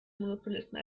monopolisten